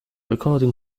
recording